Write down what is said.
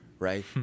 Right